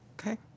Okay